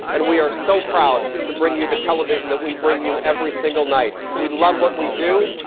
and we are so proud to bring you the television that we bring you every single night. we love what we do,